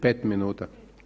5 minuta.